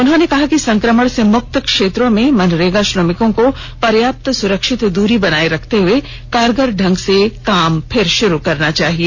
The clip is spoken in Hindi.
उन्होंने कहा कि संक्रमण से मुक्त क्षेत्रों में मनरेगा श्रमिकों को पर्याप्त सुरक्षित दूरी बनाए रखते हुए कारगर ढंग से काम फिर शुरू करना चाहिए